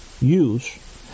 use